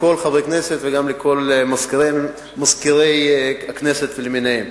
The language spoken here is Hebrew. לכל חברי הכנסת וגם לכל מזכירי הכנסת למיניהם.